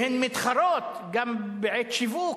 והן מתחרות גם בעת שיווק,